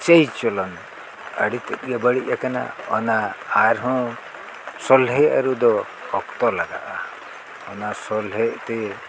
ᱪᱟᱹᱞ ᱪᱚᱞᱚᱱ ᱟᱹᱰᱤ ᱛᱮᱫ ᱜᱮ ᱵᱟᱹᱲᱤᱡ ᱟᱠᱟᱱᱟ ᱚᱱᱟ ᱟᱨᱦᱚᱸ ᱥᱚᱞᱦᱮ ᱟᱹᱨᱩ ᱫᱚ ᱚᱠᱛᱚ ᱞᱟᱜᱟᱜᱼᱟ ᱚᱱᱟ ᱥᱚᱞᱦᱮᱜ ᱛᱮ